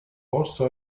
posto